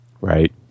Right